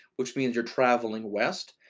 which means you're traveling west,